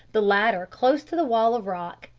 the latter close to the wall of rock,